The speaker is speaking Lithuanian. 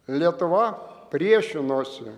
lietuva priešinosi